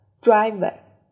Driver